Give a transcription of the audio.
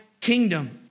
kingdom